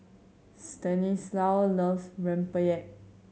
Stanislaus loves rempeyek